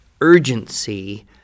urgency